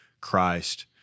Christ